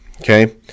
Okay